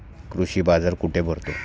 कृषी बाजार कुठे भरतो?